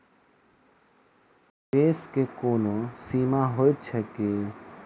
निवेश केँ कोनो सीमा होइत छैक की?